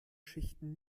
schichten